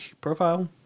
profile